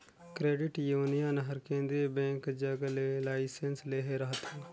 credit union हर केंद्रीय bank जग ले लाइसेंस लेहे रहथे